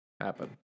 happen